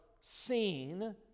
seen